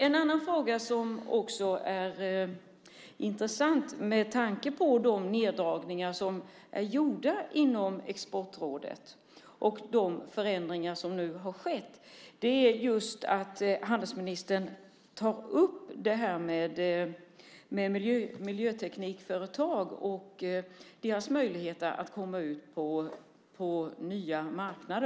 En annan fråga som också är intressant med tanke på gjorda neddragningar inom Exportrådet och de förändringar som har skett, gäller att handelsministern tar upp frågan om miljöteknikföretagens möjligheter att komma ut på nya marknader.